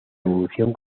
evolución